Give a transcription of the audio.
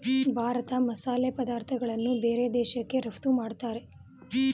ಭಾರತ ಮಸಾಲೆ ಪದಾರ್ಥಗಳನ್ನು ಬೇರೆ ದೇಶಕ್ಕೆ ರಫ್ತು ಮಾಡತ್ತರೆ